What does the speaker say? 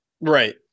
Right